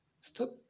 stop